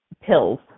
pills